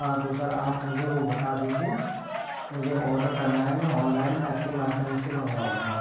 हाँ तो सर आप मुझे वो बता दीजिए मुझे ऑर्डर करना है मैं ऑनलाइन ऐप के माध्यम से मंगवाऊँगा